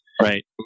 Right